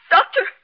Doctor